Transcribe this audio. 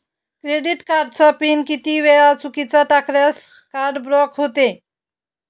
Credit कार्डचा PIN किती वेळा चुकीचा टाकल्यास कार्ड ब्लॉक होते?